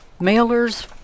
mailers